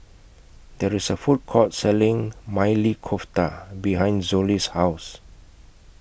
There IS A Food Court Selling Maili Kofta behind Zollie's House